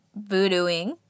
voodooing